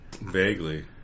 Vaguely